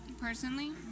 personally